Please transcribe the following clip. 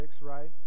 Right